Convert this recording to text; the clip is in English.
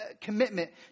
commitment